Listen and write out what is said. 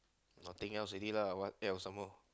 nothing else already lah what else some more